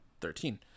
Thirteen